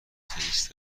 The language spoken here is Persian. تنیس